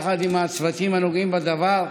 יחד עם הצוותים הנוגעים בדבר,